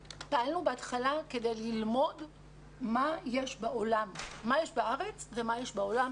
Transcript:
בהתחלה פעלנו כדי ללמוד מה יש בארץ ומה יש בעולם,